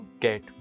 get